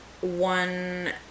one